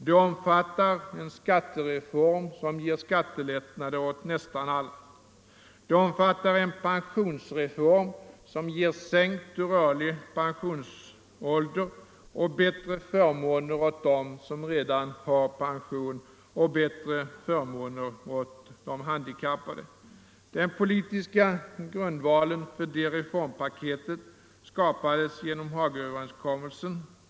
Det omfattar en skattereform som ger skattelättnader åt nästan alla, och det omfattar en pensionsreform som ger sänkt och rörlig pensionsålder och bättre förmåner åt dem som redan har pension samt bättre förmåner åt de handikappade. Den politiska grundvalen för det reformpaketet skapades genom Hagaöverenskommelsen.